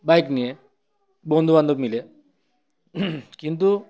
bike নিয়ে বন্ধুবান্ধব মিলে কিন্তু